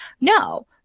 No